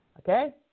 Okay